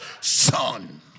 son